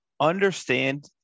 understand